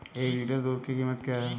एक लीटर दूध की कीमत क्या है?